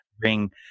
bring